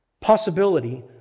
possibility